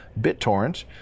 BitTorrent